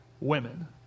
women